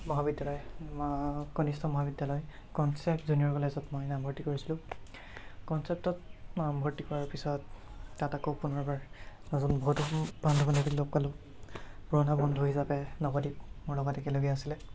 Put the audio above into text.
মহাবিদ্যালয় কনিষ্ঠ মহাবিদ্যালয় কনচেপ্ট জুনিয়ৰ কলেজত মই নামভৰ্তি কৰিছিলোঁ কনচেপ্টত নাম ভৰ্তি কৰাৰ পিছত তাত আকৌ পুনৰবাৰ বহুতো বন্ধু বান্ধৱীক লগ পালোঁ পুৰণা বন্ধু হিচাপে নৱদ্বীপ মোৰ লগত একেলগে আছিলে